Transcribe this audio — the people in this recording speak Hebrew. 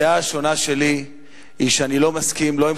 הדעה השונה שלי היא שאני לא מסכים לא עם